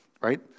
right